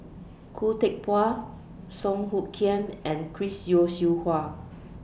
Khoo Teck Puat Song Hoot Kiam and Chris Yeo Siew Hua